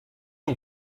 ont